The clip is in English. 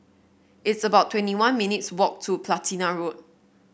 it's about twenty one minutes' walk to Platina Road